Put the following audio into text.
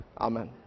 Amen